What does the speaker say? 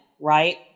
right